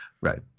right